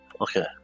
Okay